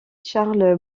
charles